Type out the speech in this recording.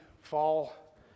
fall